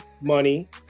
money